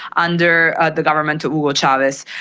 under the government of hugo chavez.